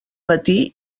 matí